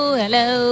hello